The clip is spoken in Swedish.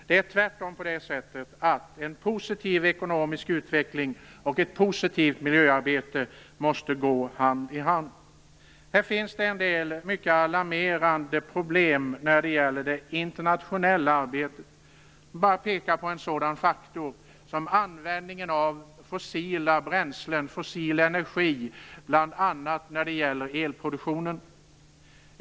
Det är tvärtom på det sättet att en positiv ekonomisk utveckling och ett positivt miljöarbete måste gå hand i hand. Det finns en del mycket alarmerande problem när det gäller det internationella arbetet. Jag vill bara peka på en sådan faktor som användningen av fossila bränslen - fossil energi - bl.a. när det gäller elproduktionen.